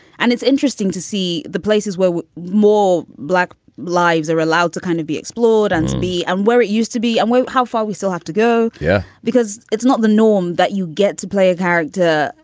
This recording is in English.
and it's interesting to see the places where more black lives are allowed to kind of be explored and b and where it used to be and how far we still have to go. yeah. because it's not the norm that you get to play a character.